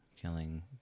killing